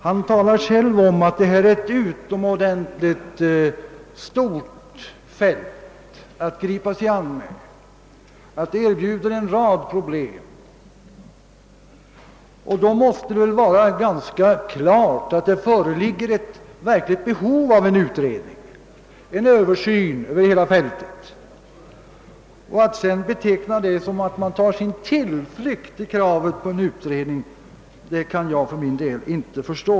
Han talar själv om att det är ett utomordentligt stort fält, man här har att gripa sig an, och att det erbjuder en rad problem, och då måste det väl vara ganska klart att det föreligger ett verkligt behov av utredning och översyn över hela fältet. Vad han då menar med talesättet att vi tar vår tillflykt till kravet på en utredning, kan jag för min del inte förstå.